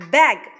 Bag